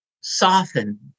soften